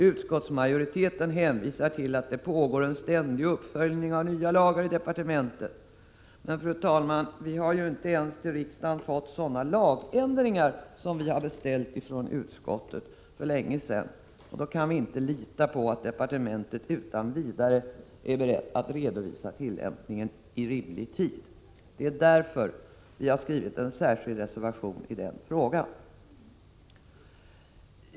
Utskottsmajoriteten hänvisar till att det pågår en ständig uppföljning av nya lagar i departementet, men vi har ju inte ens till riksdagen fått sådana lagändringar som utskottet har beställt för länge sedan, fru talman, och då kan vi inte lita på att departementet utan vidare är berett att redovisa 11 tillämpningen i rimlig tid. Det är därför vi har skrivit en särskild reservation i den frågan.